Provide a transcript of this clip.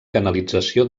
canalització